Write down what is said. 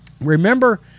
Remember